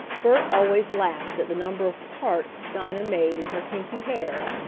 bert always laughed at the number of parts dinah made in her kinky hair,